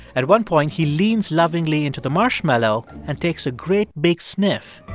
at one point, he leans lovingly into the marshmallow and takes a great big sniff,